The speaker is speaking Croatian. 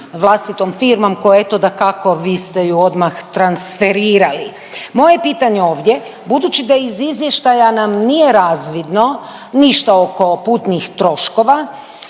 vlastitom firmom koju eto dakako vi ste ju odmah transferirali. Moje pitanje ovdje, budući da iz izvještaj nam nije razvidno ništa oko putnih troškova,